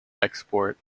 export